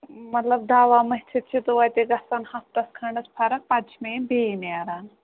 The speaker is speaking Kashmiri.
مطلب دَوا مٔتھِتھ چھِ تویتہِ گَژھان ہَفتَس کھنٛڈَس فرق پَتہٕ چھِ مےٚ یِم بیٚیہِ نیران